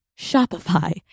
Shopify